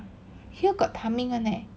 here got timing [one] leh